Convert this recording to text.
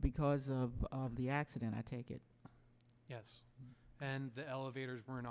because of the accident i take it yes and the elevators were